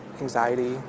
anxiety